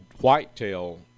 whitetail